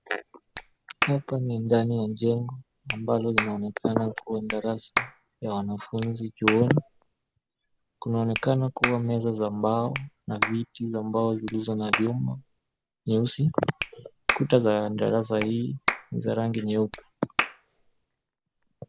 Hapa ni ndani ya jengo ambalo linaonekana kuwa darasa ya wanafunzi chuoni. Kunaonekana kuwa meza za mbao na viti za mbao zilizo na vyuma nyeusi. Kuta za darasa hii ni za rangi nyeupe.